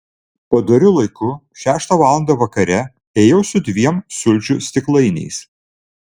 padoriu laiku šeštą valandą vakare ėjau su dviem sulčių stiklainiais